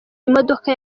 imodoka